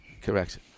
Correct